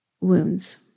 wounds